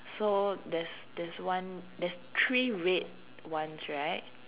so there's there's one there's three red ones right